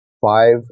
five